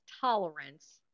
tolerance